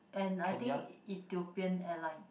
and I think Ethiopian airline